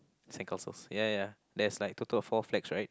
sandcastles ya ya there's like total of four flags right